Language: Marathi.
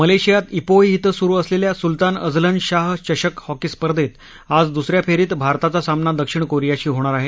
मलेशियात प्रीह विं सुरू असलेल्या सुल्तान अझलन शाह चषक हॉकी स्पर्धेत आज दुसऱ्या फेरीत भारताचा सामना दक्षिण कोरियाशी होणार आहे